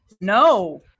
no